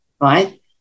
right